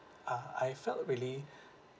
uh I felt really